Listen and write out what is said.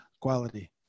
quality